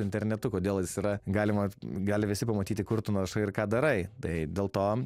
internetu kodėl jis yra galima gali visi pamatyti kur tu naršai ir ką darai tai dėl to